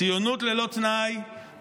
ציונות ללא תנאי,